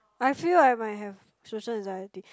I feel like might have social anxiety